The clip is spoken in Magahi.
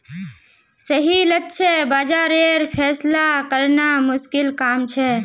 सही लक्ष्य बाज़ारेर फैसला करना मुश्किल काम छे